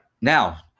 Now